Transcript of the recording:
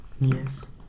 yes